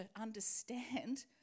understand